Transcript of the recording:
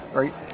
right